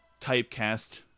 typecast